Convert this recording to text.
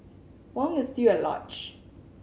Huang is still at large